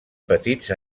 petits